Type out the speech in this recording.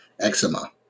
eczema